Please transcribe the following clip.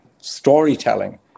storytelling